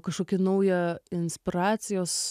kažkokį naują inspiracijos